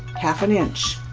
half an inch.